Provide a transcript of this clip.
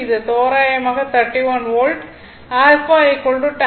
இது r தோராயமாக 31 volt α tan 15